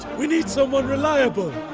we need someone reliable.